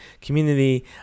community